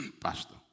Pastor